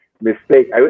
mistake